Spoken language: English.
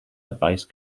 advice